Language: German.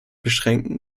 beschränken